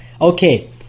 Okay